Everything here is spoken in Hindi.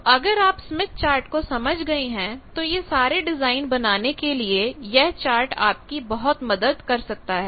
तो अगर आप स्मिथ चार्ट को समझ गए हैं तो यह सारे डिजाइन बनाने के लिए यह चार्ट आपकी बहुत मदद कर सकता है